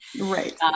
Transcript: Right